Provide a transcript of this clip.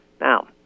Now